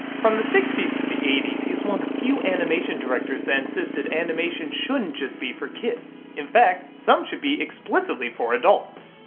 from the sixty s to the eighty s he was one of the few animation directors that insisted animation shouldn't just be for kids. in fact, some should be explicitly for adults!